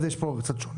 אז המצב פה קצת שונה.